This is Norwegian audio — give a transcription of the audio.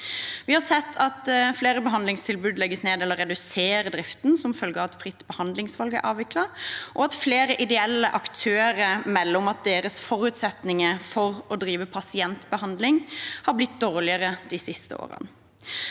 Vi har sett at flere behandlingstilbud legges ned eller reduserer driften som følge av at fritt behandlingsvalg er avviklet, og at flere ideelle aktører melder om at deres forutsetninger for å drive pasientbehandling har blitt dårligere de siste årene.